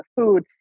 food